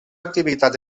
activitat